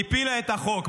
הפילה את החוק.